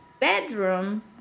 Bedroom